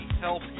help